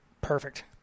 perfect